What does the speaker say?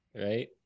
right